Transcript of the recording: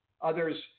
Others